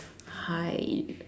hi